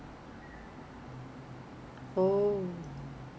对咯对咯 yeah yeah yeah but of course this is membership